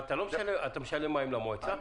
אתה משלם מים למועצה?